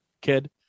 kid